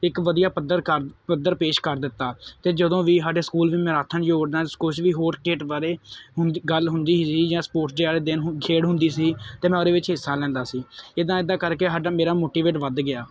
ਇੱਕ ਵਧੀਆ ਪੱਧਰ ਕਰ ਪੱਧਰ ਪੇਸ਼ ਕਰ ਦਿੱਤਾ ਅਤੇ ਜਦੋਂ ਵੀ ਸਾਡੇ ਸਕੂਲ ਵਿੱਚ ਮੈਰਾਥਨ ਦੌੜ ਜਾਂ ਕੁਛ ਵੀ ਹੋਰ ਸਟੇਟ ਬਾਰੇ ਹੁਦ ਗੱਲ ਹੁੰਦੀ ਸੀ ਜਾਂ ਸਪੋਰਟਸ ਡੇਅ ਵਾਲੇ ਦਿਨ ਖੇਡ ਹੁੰਦੀ ਸੀ ਤਾਂ ਮੈਂ ਉਹਦੇ ਵਿੱਚ ਹਿੱਸਾ ਲੈਂਦਾ ਸੀ ਇੱਦਾਂ ਇੱਦਾਂ ਕਰਕੇ ਸਾਡਾ ਮੇਰਾ ਮੋਟੀਵੇਟ ਵਧ ਗਿਆ